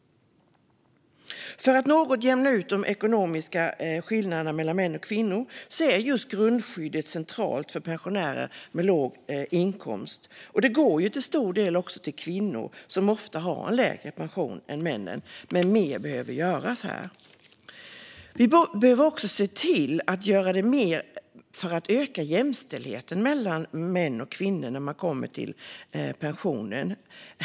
För att något jämna ut de ekonomiska skillnaderna mellan män och kvinnor är grundskyddet centralt för pensionärer med låg inkomst. Det går också till stor del till kvinnor, som ofta har en lägre pension än männen. Mer behöver dock göras här. Vi behöver även se till att göra mer för att öka jämställdheten mellan män och kvinnor när det kommer till pensionen.